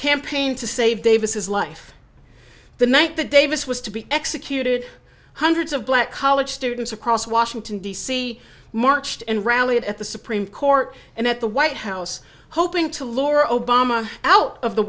campaign to save davis life the night that davis was to be executed hundreds of black college students across washington d c marched and rallied at the supreme court and at the white house hoping to lure obama out of the